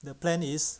the plan is